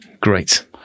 Great